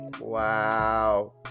Wow